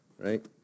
right